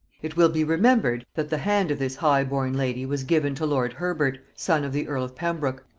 it will be remembered, that the hand of this high-born lady was given to lord herbert, son of the earl of pembroke,